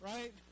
Right